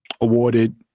awarded